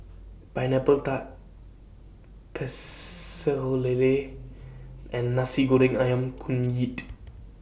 Pineapple Tart Pecel Lele and Nasi Goreng Ayam Kunyit